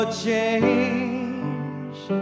change